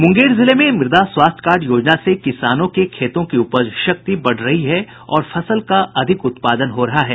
मुंगेर जिले में मृदा स्वास्थ्य कार्ड योजना से किसानों के खेतों की उपज शक्ति बढ रही है और फसल का अधिक उत्पादन भी हो रहा है